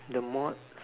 the more